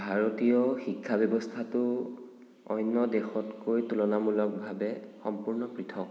ভাৰতীয় শিক্ষা ব্যৱস্থাটো অন্য দেশতকৈ তুলনামূলকভাৱে সম্পূৰ্ণ পৃথক